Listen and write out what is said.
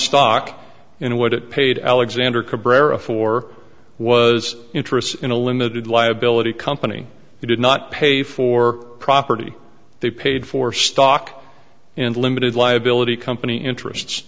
stock and what it paid alexander cabrera for was interest in a limited liability company who did not pay for property they paid for stock and limited liability company interests